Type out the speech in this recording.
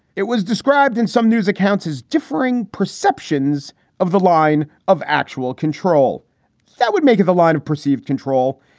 it was described in some news accounts as differing perceptions of the line of actual control that would make it the line of perceived control.